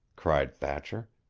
cried thatcher.